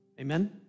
Amen